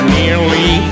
nearly